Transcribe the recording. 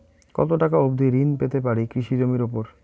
কত টাকা অবধি ঋণ পেতে পারি কৃষি জমির উপর?